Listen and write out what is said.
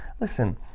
listen